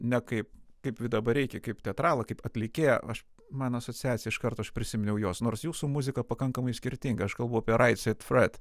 ne kaip kaip vidą bareikį kaip teatralą kaip atlikėją aš man asociacija iš karto aš prisiminiau juos nors jūsų muzika pakankamai skirtinga aš kalbu apie right said fred